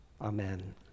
Amen